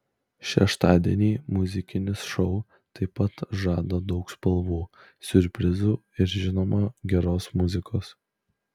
šeštadienį muzikinis šou taip pat žada daug spalvų siurprizų ir žinoma geros muzikos